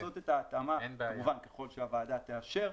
צריך לעשות את ההתאמה, כמובן ככל שהוועדה תאשר,